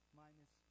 minus